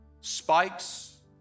spikes